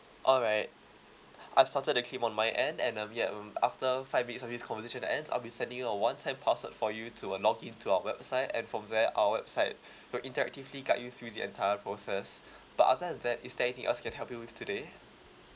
alright I've started the claim on my end and um yup um after five minutes after this conversation ends I'll be sending you a one time password for you to log in to our website and from there our website will interactively guide you through the entire process but other than that is there anything else I can help you with today